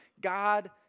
God